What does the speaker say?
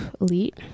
elite